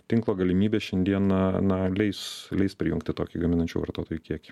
tinklo galimybės šiandieną na leis leis prijungti tokį gaminančių vartotojų kiekį